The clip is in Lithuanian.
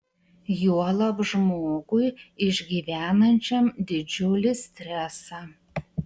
juolab žmogui išgyvenančiam didžiulį stresą